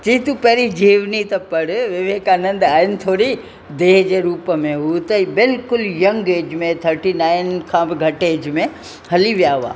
चयईं तूं पहिरीं जीवनी त पढ़ विवेकानंद आहिनि थोरी देह जे रूप में उहे त बिल्कुलु ई यंग एज में थटी नाइन खां बि घटि एज में हली विया हुआ